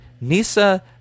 Nisa